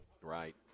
Right